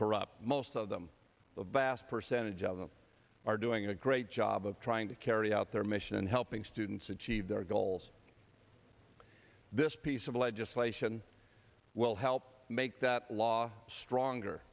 corrupt most of them a vast percentage of them are doing a great job of trying to carry out their mission and helping students achieve their goals this piece of legislation will help make that law stronger